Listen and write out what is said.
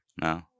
No